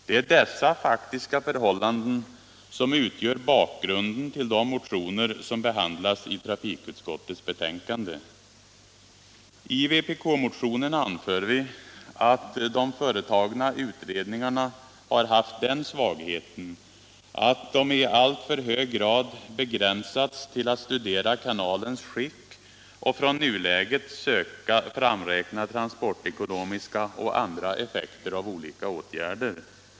Det är dessa faktiska förhållanden som utgör bakgrunden till de motioner som behandlats i trafikutskottets betänkande. I vpk-motionen anför vi att de företagna utredningarna har haft den svagheten att de i alltför hög grad begränsats till att studera kanalens skick och från nuläget söka framräkna transportekonomiska och andra effekter av olika åtgärder.